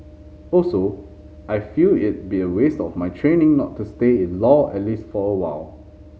also I feel it be a waste of my training not to stay in law at least for a while